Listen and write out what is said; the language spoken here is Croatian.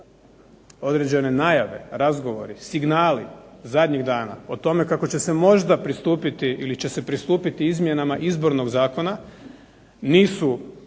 određene najave, razgovori, signali zadnjih dana o tome kako će se možda pristupiti, ili će se pristupiti izmjenama Izbornog zakona nisu